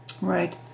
Right